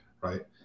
right